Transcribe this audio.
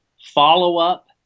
Follow-up